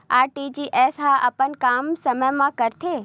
RTGS ह अपन काम समय मा करथे?